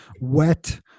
wet